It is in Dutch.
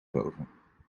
boven